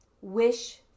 wish